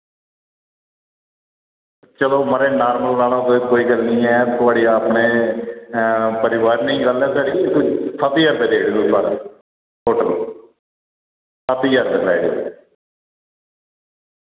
चलो माराज नार्मल लाना होगा ते कोई गल्ल नि ऐ थोआढ़े अपने परिवार नेही गल्ल ऐ घरे कोई सत्त ज्हार रपेया देइड़ेओ तुस सारा टोटल सत्त ज्हार रपेआ कराईउड़ेओ